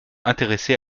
intéressé